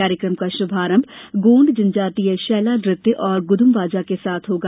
कार्यकम का शुभारम्भ गोंड जनजातीय शैला नृत्य और गुदुमबाजा के साथ होगा